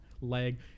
leg